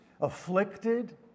afflicted